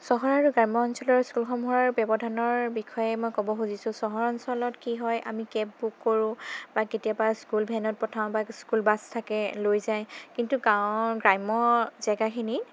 চহৰ আৰু গ্ৰাম্য অঞ্চলৰ স্কুলসমূহৰ ব্যৱধানৰ বিষয়ে মই ক'ব খুজিছোঁ চহৰ অঞ্চলত কি হয় আমি কেব বুক কৰোঁ বা কেতিয়াবা স্কুল ভেনত পঠিয়াওঁ বা কেতিয়াবা স্কুল বাছ থাকে লৈ যায় কিন্তু গাঁৱৰ গ্ৰাম্য জেগাখিনি